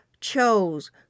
chose